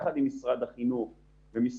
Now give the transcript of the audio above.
אבל הסיבה המיידית לעיסוק בו היא נתונים